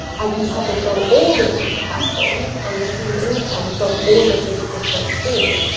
i can publish on all of these platforms and receive income from all of these different streams.